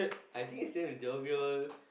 I think is same as Joviel